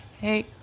Hey